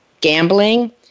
gambling